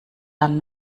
dann